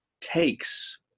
takes